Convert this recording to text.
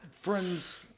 friend's